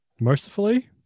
mercifully